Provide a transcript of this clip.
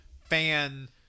fan